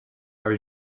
are